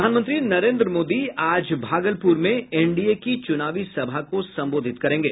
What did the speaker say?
प्रधानमंत्री नरेन्द्र मोदी आज भागलपुर में एनडीए की चुनावी सभा को संबोधित करेंगे